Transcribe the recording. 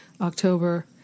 October